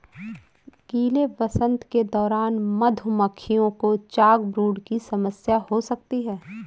गीले वसंत के दौरान मधुमक्खियों को चॉकब्रूड की समस्या हो सकती है